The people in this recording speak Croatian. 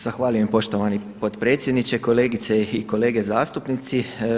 Zahvaljujem poštovani potpredsjedniče, kolegice i kolege zastupnici.